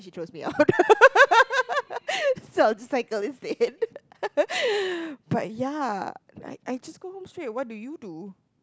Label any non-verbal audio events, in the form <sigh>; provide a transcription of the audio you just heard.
she throws me out <laughs> sounds like a but ya I I just go home straight what do you do